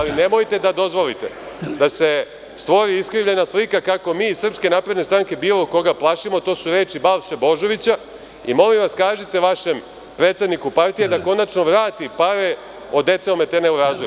Ali, nemojte da dozvolite da se stvori iskrivljena slika kako mi iz SNS bilo koga plašimo, to su reči Balše Božovića, i molim vas kažite vašem predsedniku partije da konačno vrati pare od dece ometene u razvoju.